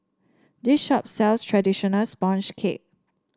this shop sells traditional sponge cake